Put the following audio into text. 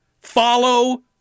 Follow